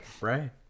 Right